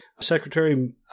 Secretary